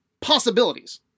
possibilities